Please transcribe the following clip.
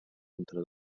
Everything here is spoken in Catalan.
entre